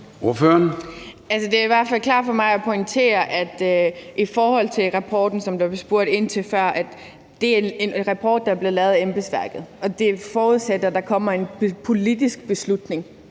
Det er i hvert fald klart for mig, at rapporten, som der blev spurgt ind til før, er en rapport, der er blevet lavet af embedsværket, og det er forudsat, at der kommer en politisk beslutning